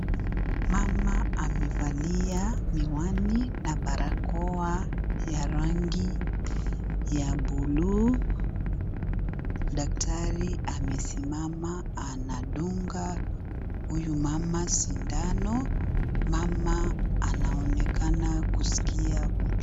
Mama amevalia miwani na barakoa ya rangi ya buluu. Daktari amesimama akiwa anadunga huyu mama sindano. Mama anaonekana kusikia uchungu.